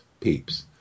peeps